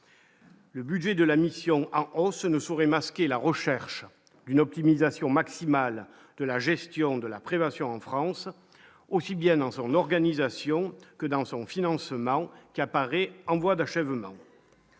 Le budget de la mission hausse ne saurait masquer la recherche d'une optimisation maximale de la gestion de la prévention en France, aussi bien dans son organisation que dans son financement, qui apparaît en voie d'achèvement.